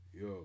Yo